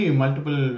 multiple